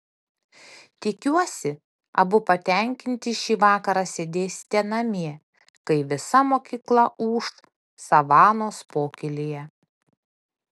tikiuosi abu patenkinti šį vakarą sėdėsite namie kai visa mokykla ūš savanos pokylyje